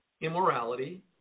immorality